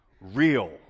real